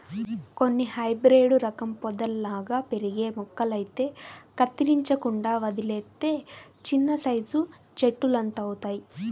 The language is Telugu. కొన్ని హైబ్రేడు రకం పొదల్లాగా పెరిగే మొక్కలైతే కత్తిరించకుండా వదిలేత్తే చిన్నసైజు చెట్టులంతవుతయ్